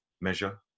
measure